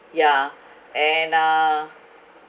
yeah and uh